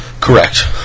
Correct